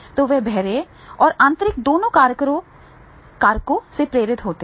और वे बाह्य और आंतरिक दोनों कारकों से प्रेरित होते हैं